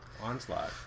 onslaught